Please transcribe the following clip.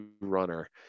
Runner